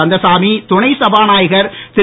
கந்தசாமி துணை சபாநாயகர் திரு